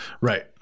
Right